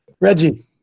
Reggie